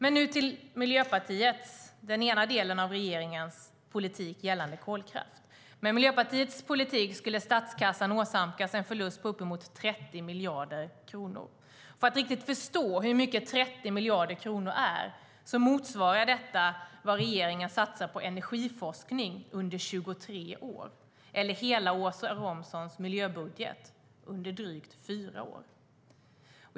Så till Miljöpartiet, den ena delen av regeringen, och deras politik gällande kolkraft. Med Miljöpartiets politik skulle statskassan åsamkas en förlust på upp emot 30 miljarder kronor. För att riktigt förstå hur mycket 30 miljarder kronor är kan jag säga att det motsvarar vad regeringen satsar på energiforskning under 23 år eller hela Åsa Romsons miljöbudget under drygt fyra år.